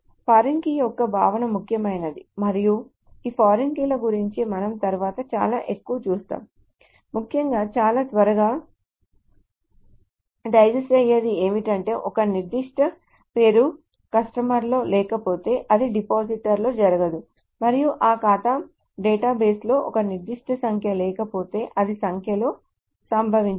foreign key యొక్క భావన ముఖ్యమైనది మరియు ఈ ఫారిన్ కీల గురించి మనం తరువాత చాలా ఎక్కువ చూస్తాము ముఖ్యంగా చాలా త్వరగా డైజెస్ట్ అయ్యేది ఏమిటంటే ఒక నిర్దిష్ట పేరు కస్టమర్లో లేకపోతే అది డిపాజిటర్లో జరగదు మరియు ఈ ఖాతా డేటాబేస్లో ఒక నిర్దిష్ట సంఖ్య లేకపోతే అది సంఖ్యలో సంభవించదు